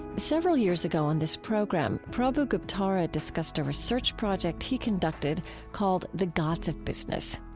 several years ago on this program, prabhu guptara discussed a research project he conducted called the gods of business.